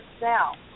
now